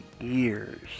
years